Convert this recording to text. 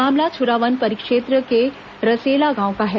मामला छरा वन परिक्षेत्र के रसेला गांव का है